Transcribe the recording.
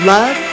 Love